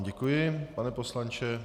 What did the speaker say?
Děkuji vám, pane poslanče.